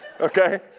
Okay